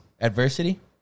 Adversity